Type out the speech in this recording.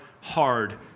hard